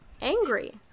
angry